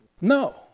no